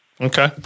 Okay